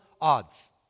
odds